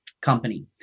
company